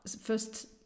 first